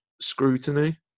scrutiny